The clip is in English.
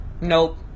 nope